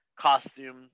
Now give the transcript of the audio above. costume